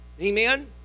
Amen